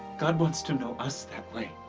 god wants to know us that way.